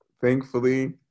thankfully